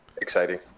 exciting